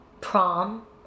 prom